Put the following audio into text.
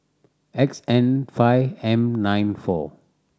X N five M nine four